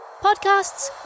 podcasts